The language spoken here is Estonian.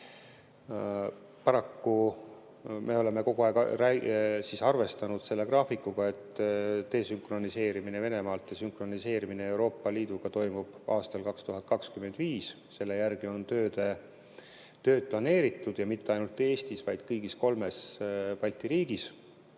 Paraku me oleme kogu aeg arvestanud selle graafikuga, et desünkroniseerimine Venemaast ja sünkroniseerimine Euroopa Liiduga toimub aastal 2025. Selle järgi on tööd planeeritud mitte ainult Eestis, vaid kõigis kolmes Balti riigis.